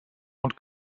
und